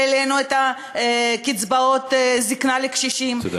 העלינו את קצבאות הזיקנה לקשישים, תודה.